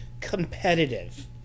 competitive